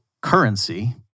currency